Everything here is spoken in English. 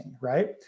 right